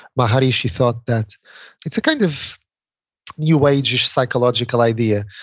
maharishi thought that it's a kind of new age-ish psychological idea.